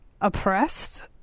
oppressed